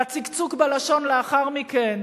והצקצוק בלשון לאחר מכן